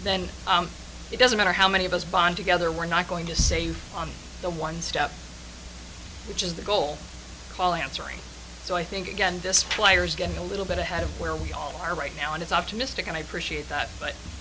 then it doesn't matter how many of us bond together we're not going to save on the one step which is the goal call answering so i think again this flyers getting a little bit ahead of where we all are right now and it's optimistic and i appreciate that but